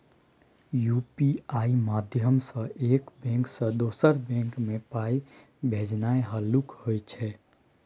UPI माध्यमसँ एक bank सँ दोसर बैंक मे पाइ भेजनाइ हल्लुक होइ छै